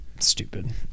stupid